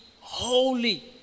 holy